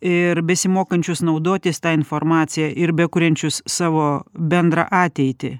ir besimokančius naudotis ta informacija ir bekuriančius savo bendrą ateitį